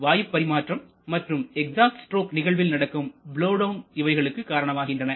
வாயுப் பரிமாற்றம் மற்றும் exhaust stroke நிகழ்வில் நடக்கும் பலோவ் டவுன் இவைகளுக்கு காரணமாகின்றன